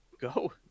go